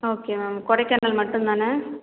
ஆ okay ma'am Kodaikanal மட்டும் தானே